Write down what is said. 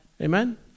Amen